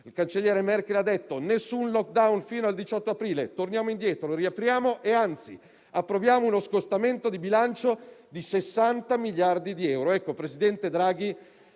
il cancelliere Merkel ha detto: nessun *lockdown* fino al 18 aprile, torniamo indietro, riapriamo e, anzi, approviamo uno scostamento di bilancio di 60 miliardi di euro. Ecco, signor presidente Draghi,